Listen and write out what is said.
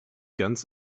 ganz